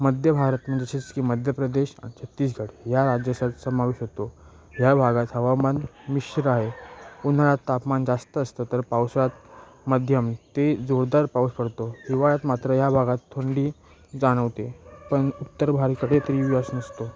मध्य भारत म्हणजे जसे की मध्य प्रदेश आणि छत्तीसगढ या राज्याचा समावेश होतो ह्या भागात हवामान मिश्र आहे उन्हाळ्यात तापमान जास्त असतं तर पावसात मध्यम ते जोरदार पाऊस पडतो हिवाळ्यात मात्र या भागात थंडी जाणवते पण उत्तर भारतकडे तरी व्यवस नसतो